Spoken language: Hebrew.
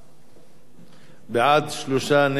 ונמנעים אין.